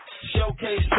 Showcase